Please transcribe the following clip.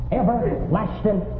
everlasting